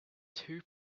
two